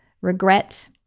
regret